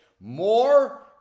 more